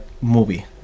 movie